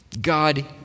God